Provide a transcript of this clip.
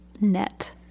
net